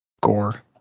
gore